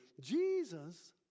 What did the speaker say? Jesus